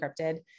encrypted